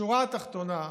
השורה התחתונה: